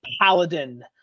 paladin